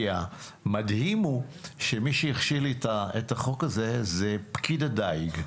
כי המדהים הוא שמי שהכשיל לי את החוק הזה זה פקיד הדיג.